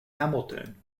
hamilton